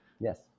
Yes